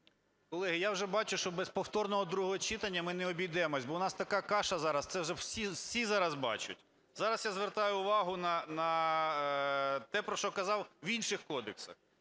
Колеги, я вже бачу, що без повторного другого читання ми не обійдемося, бо в нас така каша зараз. Це вже всі-всі зараз бачать. Зараз я звертаю увагу на те, про що казав в інших кодексах.